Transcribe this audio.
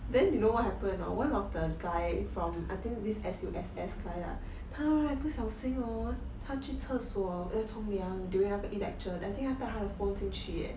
then you know what happen or not one of the guy from I think this S_U_S_S guy lah 他 right 不小心 hor 他去厕所要冲凉 during 那个 e-lecture I think 他带他的 phone 进去 eh